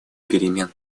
перемен